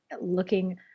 looking